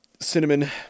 cinnamon